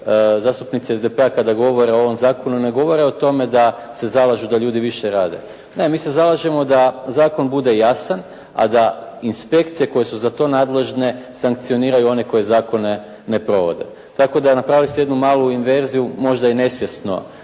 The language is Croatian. zastupnici SDP-a kada govore o ovom zakonu ne govore o tome da se zalažu da ljudi više rade. Ne, mi se zalažemo da zakon bude jasan, a da inspekcije koje su za to nadležne sankcioniraju one koji zakone ne provode. Tako da napravio sam jednu malu inverziju, možda i nesvjesno